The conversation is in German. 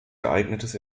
geeignetes